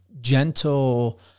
gentle